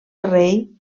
rei